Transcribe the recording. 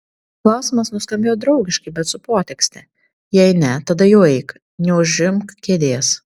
klausimas nuskambėjo draugiškai bet su potekste jei ne tada jau eik neužimk kėdės